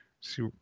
see